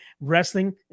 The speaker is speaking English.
Wrestling